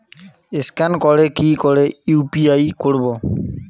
Scan করে কি করে ইউ.পি.আই করবো?